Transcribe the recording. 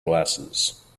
glasses